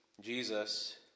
Jesus